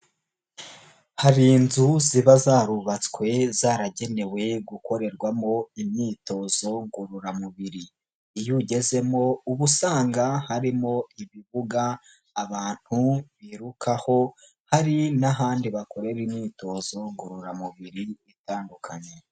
Hari inzu ziba zarubatswe zaragenewe gukorerwamo imyitozo ngororamubiri, iyo ugezemo ubu usanga harimo ibibuga abantu birukaho, hari n'ahandi bakorera imyitozo ngororamubiri itandukanye.